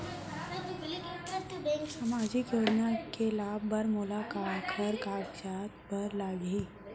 सामाजिक योजना के लाभ बर मोला काखर कागजात बर लागही?